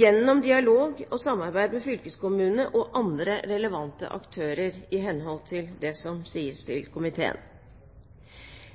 gjennom dialog og samarbeid med fylkeskommunene og andre relevante aktører i henhold til det som sies til komiteen.